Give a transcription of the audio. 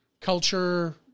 culture